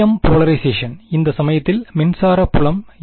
M polarisation இந்த சமயத்தில் மின்சார புலம் என்ன